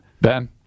Ben